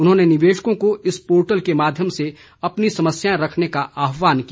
उन्होंने निवेशकों को इस पोर्टल के माध्यम से अपनी समस्याएं रखने का आहवान किया